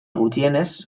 gutxienez